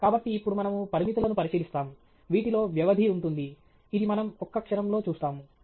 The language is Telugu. కాబట్టి ఇప్పుడు మనము పరిమితులను పరిశీలిస్తాము వీటిలో వ్యవధి ఉంటుంది ఇది మనం ఒక్క క్షణంలో చూస్తాము